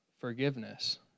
forgiveness